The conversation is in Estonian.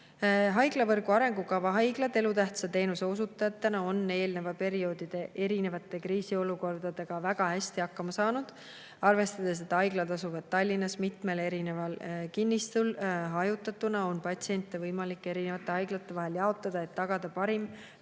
Haiglavõrgu arengukava haiglad elutähtsa teenuse osutajatena on eelnevatel perioodidel erinevate kriisiolukordadega väga hästi hakkama saanud. Arvestades, et haiglad asuvad Tallinnas mitmel kinnistul hajutatuna, on patsiente võimalik erinevate haiglate vahel jaotada, et tagada parim võimalik